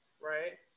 right